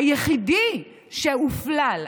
היחידי שהופלל,